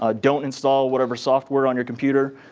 ah don't install whatever software on your computer.